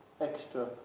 extra